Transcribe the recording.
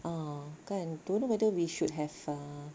ah kan don't know whether we should have uh